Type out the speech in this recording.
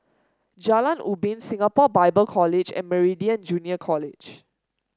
Jalan Ubin Singapore Bible College and Meridian Junior College